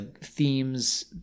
themes